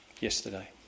yesterday